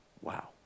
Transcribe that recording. Wow